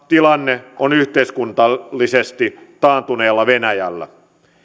tilanne on yhteiskunnallisesti taantuneella venäjällä